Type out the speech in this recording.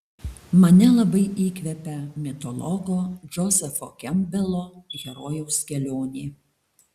mane labai įkvepia mitologo džozefo kempbelo herojaus kelionė